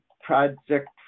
project